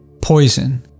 poison